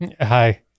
Hi